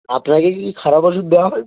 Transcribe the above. আপনাকে কি খারাপ ওষুধ দেওয়া হয়েছে